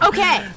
Okay